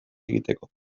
egiteko